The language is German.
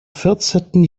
vierzehnten